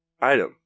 item